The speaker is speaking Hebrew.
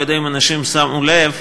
אני לא יודע אם אנשים שמו לב,